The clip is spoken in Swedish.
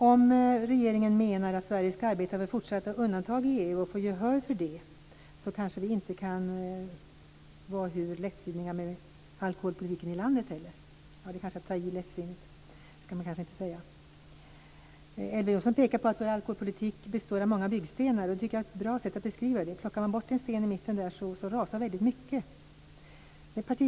Om regeringen menar att Sverige skall arbeta för fortsatta undantag i EU och om vi skall få gehör för det kan vi kanske inte vara lättsinniga - att använda det ordet är kanske att ta i, så det skall jag kanske inte göra - med alkoholpolitiken i landet heller. Elver Jonsson pekar på att vår alkoholpolitik består av många byggstenar. Det tycker jag är ett bra sätt att beskriva det här. Plockar man bort en sten i mitten, så rasar väldigt mycket.